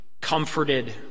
comforted